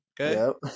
Okay